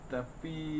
Tapi